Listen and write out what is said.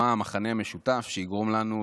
מה המכנה המשותף שיגרום לנו,